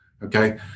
Okay